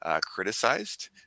criticized